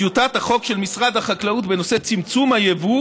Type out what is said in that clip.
טיוטת החוק של משרד החקלאות בנושא צמצום היבוא